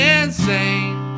insane